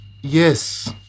Yes